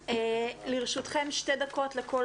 והיא אמורה לרכז את הנתונים לגבי אכיפה בכלל